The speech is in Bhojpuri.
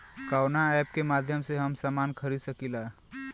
कवना ऐपके माध्यम से हम समान खरीद सकीला?